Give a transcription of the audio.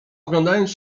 oglądając